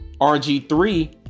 RG3